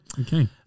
Okay